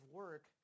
work